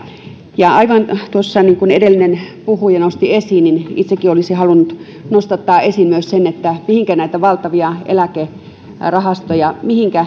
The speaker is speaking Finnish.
ja aivan niin kuin edellinen puhuja nosti esiin itsekin olisin halunnut nostattaa esiin myös sen mihinkä näitä valtavia eläkerahastoja